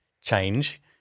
change